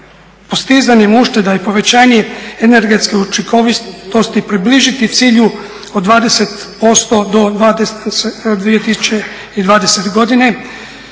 postizanjem ušteda i povećanjem energetske učinkovitosti približiti cilju od 20% do 2020. godine